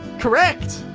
correct!